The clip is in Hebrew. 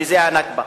שזה ה"נכבה".